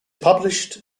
published